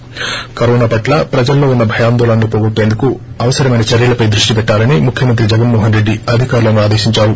ి కరోనా పట్ల ప్రజల్లో ఉన్స భయాందోళనలు పోగొట్టేందుకు అవసరమైన చర్యలపై దృష్టి పెట్టాలని ముఖ్యమంత్రి జగస్మోహన్రెడ్డి అధికారులను ఆదేశించారు